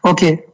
Okay